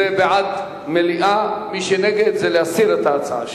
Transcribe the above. זה בעד מליאה, ומי שנגד, זה להסיר את ההצעה שלך.